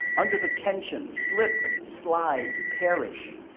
under the tension, slip, slide, perish,